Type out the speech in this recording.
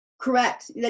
Correct